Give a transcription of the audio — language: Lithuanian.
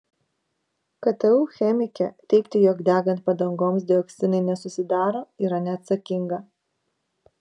ktu chemikė teigti jog degant padangoms dioksinai nesusidaro yra neatsakinga